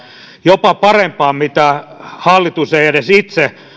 jopa parempaan kuin mihin hallitus edes itse